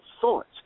thoughts